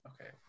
Okay